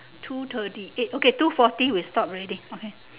two thirty eight okay two forty we stop already